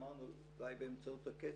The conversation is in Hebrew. אמרנו, אולי באמצעות הכסף,